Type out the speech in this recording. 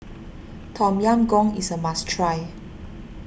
Tom Yam Goong is a must try